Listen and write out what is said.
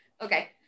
Okay